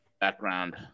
background